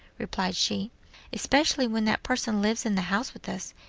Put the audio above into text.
replied she especially when that person lives in the house with us,